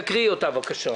תקראי אותה בבקשה.